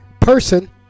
person